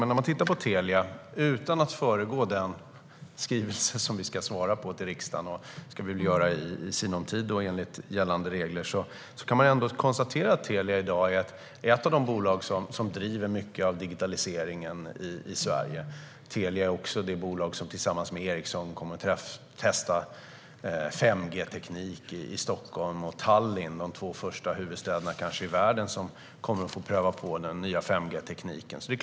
När det gäller Telia kan jag, utan att föregå den skrivelse i vilken vi i sinom tid ska svara riksdagen, enligt gällande regler, konstatera att Telia i dag är ett av de bolag som driver mycket av digitaliseringen i Sverige. Telia ska också, tillsammans med Ericsson, testa 5G-teknik i Stockholm och Tallinn. De blir kanske de två första huvudstäderna i världen som kommer att få pröva på den nya 5G-tekniken.